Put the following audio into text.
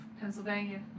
Pennsylvania